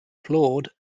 claude